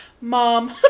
Mom